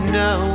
no